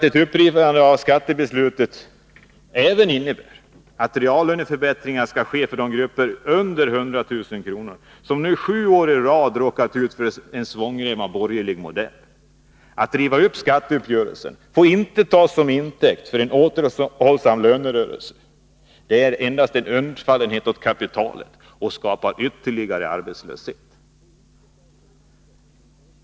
Ett upprivande av skattebeslutet innebär således även att reallöneförbättringar skall ske för de grupper under 100 000 kr. som nu sju år i rad har råkat ut för en svångrem av borgerlig modell. Att skatteuppgörelsen rivs upp får inte tas till intäkt för återhållsamhet i lönerörelsen — det är endast en undfallenhet åt kapitalet och skapar ytterligare arbetslöshet.